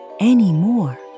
anymore